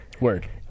Word